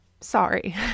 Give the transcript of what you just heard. Sorry